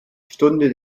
stunde